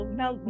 now